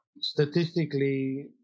statistically